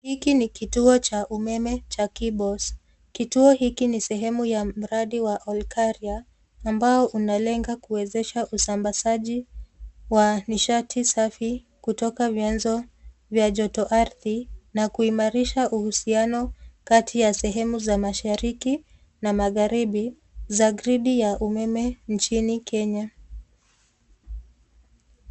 Hiki ni kituo cha umeme cha Cables . Kituo hiki ni sehemu ya mradi wa Olkaria ambao unalenga kuwezesha usambazaji wa nishati safi kutoka vianzo vya joto ardhi na kuimarisha uhusiano kati ya sehemu za mashariki na magharibi za gridi ya umeme nchini Kenya.